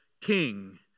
king